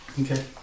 Okay